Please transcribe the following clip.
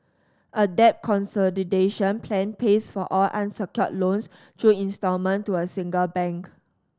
a debt consolidation plan pays for all unsecured loans through instalment to a single bank